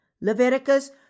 Leviticus